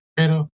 pero